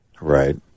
Right